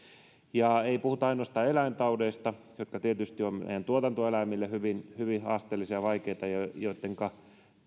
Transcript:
ei puhuta ainoastaan eläintaudeista jotka tietysti ovat meidän tuotantoeläimillemme hyvin hyvin haasteellisia ja vaikeita ja joittenka